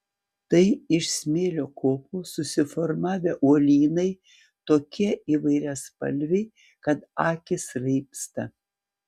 tai iš smėlio kopų susiformavę uolynai tokie įvairiaspalviai kad akys raibsta